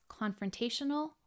confrontational